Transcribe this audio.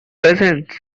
present